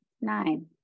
nine